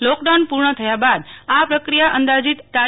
lockdown પૂર્ણ થયા બાદ આ પ્રક્રિયા અંદાજીત તા